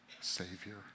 Savior